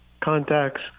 contacts